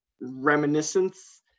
reminiscence